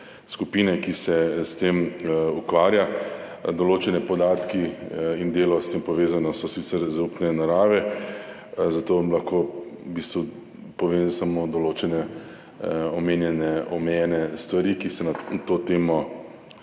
skupine, ki se s tem ukvarja. Določeni podatki in delo, s tem povezano, so sicer zaupne narave, zato vam lahko v bistvu povem samo določene, omejene stvari, ki se na to temo